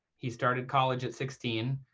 he started college at sixteen.